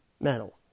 Metal